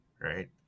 right